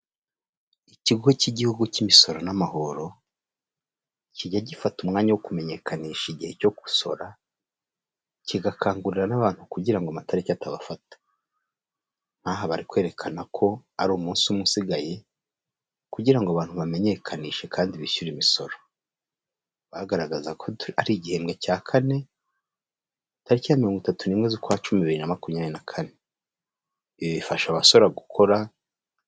Ikigo cy'igihugu cy'imisoro n'amahoro, kijya gifata umwanya wo kumenyekanisha igihe cyo gusora, kigakangurira n'abantu kugira ngo amatariki atabafata, nk'aha bari kwerekana ko ari umunsi umwe usigaye, kugira ngo abantu bamenyekanishe kandi bishyure imisoro, bagaragaza ko ari igihembwe cya kane, tariki ya mirongo itatu n'imwe z'ukwa cumi bibiri na makumyabiri na kane ibi bifasha abasora gukora.